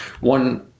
one